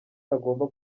agomba